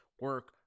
Work